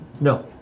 No